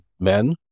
men